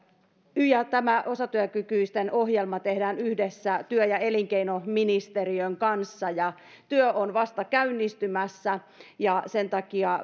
ja tämä osatyökykyisten ohjelma tehdään yhdessä työ ja elinkeinoministeriön kanssa työ on vasta käynnistymässä ja sen takia